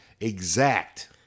exact